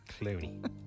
Clooney